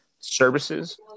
services